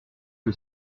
que